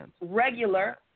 regular